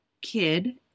kid